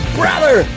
brother